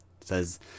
says